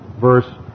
verse